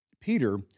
Peter